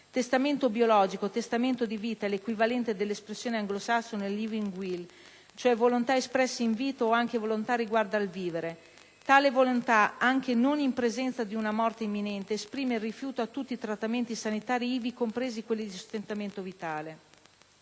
Testamento biologico o testamento di vita è l'equivalente dell'espressione anglosassone *living will* cioè volontà espressa in vita o anche volontà riguardo al vivere. Tale volontà, anche non in presenza di una morte imminente, esprime il rifiuto a tutti i trattamenti sanitari, ivi compresi quelli di sostentamento vitale.